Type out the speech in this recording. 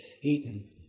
eaten